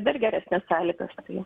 dar geresnes sąlygas